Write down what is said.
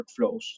workflows